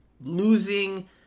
losing